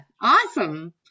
awesome